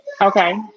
Okay